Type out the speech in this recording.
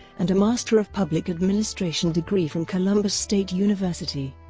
and a master of public administration degree from columbus state university.